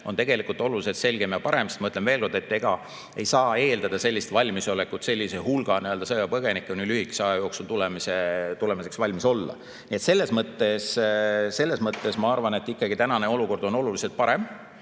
on tegelikult oluliselt selgem ja parem. Ma ütlen veel kord, et ega ei saa eeldada sellist valmisolekut, et sellise hulga sõjapõgenike lühikese aja jooksul tulemiseks valmis ollakse. Selles mõttes ma arvan, et tänane olukord on oluliselt parem,